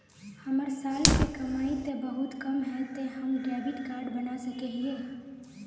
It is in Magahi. हमर साल के कमाई ते बहुत कम है ते हम डेबिट कार्ड बना सके हिये?